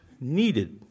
needed